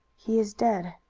he is dead!